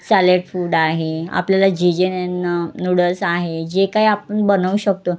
salad food आहे आपल्याला झेजेन नूडल्स आहे जे काही आपण बनवू शकतो